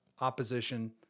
opposition